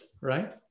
right